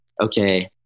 Okay